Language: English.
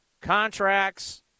contracts